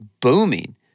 booming